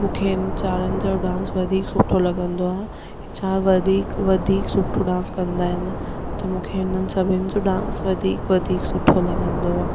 मूंखे हिन चारनि जो डांस वधीक सुठो लॻंदो आहे छा वधीक सुठो डांस कंदा आहिनि त मूंखे हिननि सभिनि जो डांस वधीक वधीक सुठो लॻंदो आहे